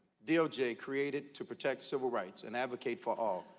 doj created to protect civil rights and advocate for all.